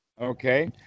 okay